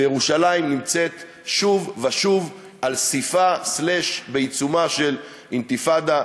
וירושלים נמצאת שוב ושוב על סִפה או בעיצומה של אינתיפאדה.